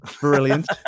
brilliant